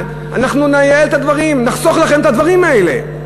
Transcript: אנחנו נייעל את הדברים, נחסוך לכם את הדברים האלה.